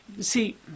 See